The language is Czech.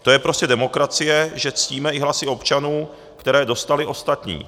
To je prostě demokracie, že ctíme i hlasy občanů, které dostali ostatní.